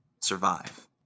Survive